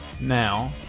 now